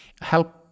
help